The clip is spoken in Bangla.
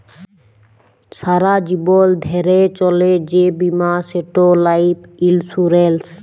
সারা জীবল ধ্যইরে চলে যে বীমা সেট লাইফ ইলসুরেল্স